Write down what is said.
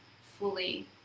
fully